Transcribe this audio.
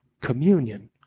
communion